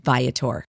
Viator